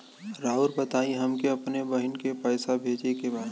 राउर बताई हमके अपने बहिन के पैसा भेजे के बा?